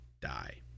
die